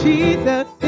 Jesus